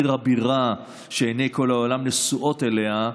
עיר הבירה שעיני כל העולם נשואות אליה,